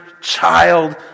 child